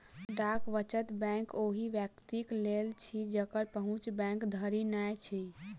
डाक वचत बैंक ओहि व्यक्तिक लेल अछि जकर पहुँच बैंक धरि नै अछि